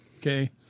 Okay